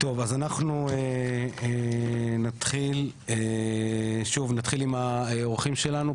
אז אנחנו נתחיל שוב נתחיל עם האורחים שלנו,